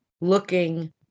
looking